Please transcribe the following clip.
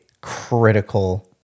critical